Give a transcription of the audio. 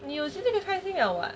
你有钱就开心 liao [what]